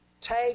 Take